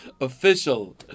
official